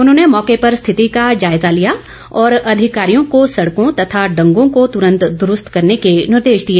उन्होंने मौके पर स्थिति का जायजा लिया और अधिकारियों को सडकों तथा डंगों को तरंत दुरूस्त करने के निर्देश दिए